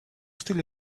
still